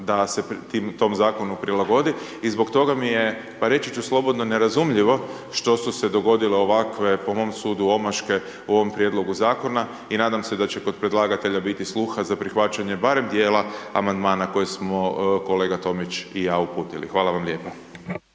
da se tom zakonu prilagodi. I zbog toga mi je, pa reći ću slobodno nerazumljivo što su se dogodile ovakve po mom sudu omaške u ovom prijedlogu zakona i nadam se da će kod predlagatelja biti sluha za prihvaćanje barem dijela amandmana koje smo kolega Tomić i ja uputili. Hvala vam lijepa.